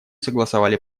согласовали